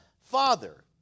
Father